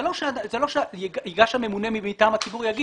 זה לא שייגש הממונה מטעם הציבור ויאמר